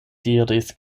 diris